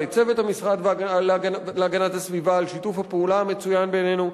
לצוות המשרד להגנת הסביבה על שיתוף הפעולה המצוין בינינו,